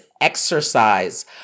exercise